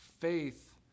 faith